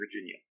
Virginia